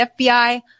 FBI